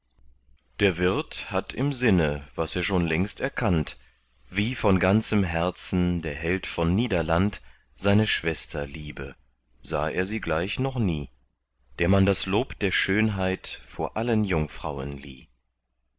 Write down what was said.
der wirt hatt im sinne was er schon längst erkannt wie von ganzem herzen der held von niederland seine schwester liebe sah er sie gleich noch nie der man das lob der schönheit vor allen jungfrauen lieh